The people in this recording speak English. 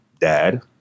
dad